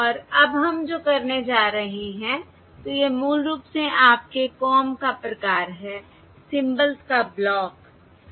और अब हम जो करने जा रहे हैं तो यह मूल रूप से आपके कॉम का प्रकार है सिंबल्स का ब्लॉक सही